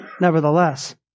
nevertheless